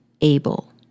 able